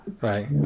Right